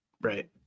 right